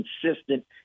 consistent